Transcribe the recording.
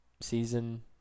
season